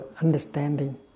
understanding